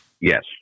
Yes